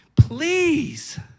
please